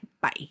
Bye